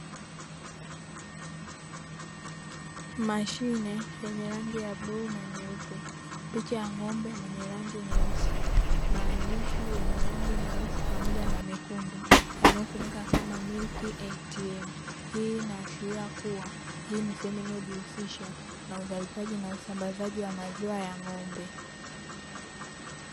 Mashine yenye rangi ya bluu na nyeupe, picha ya ng'ombe mwenye rangi nyeusi, maandishi yenye rangi nyeusi pamoja na mekundu yanayosomeka kama “milk atm”, hii inaashiria kuwa hii ni sehemu inayojihusisha na uzalishaji na usambazaji wa maziwa ya ng'ombe.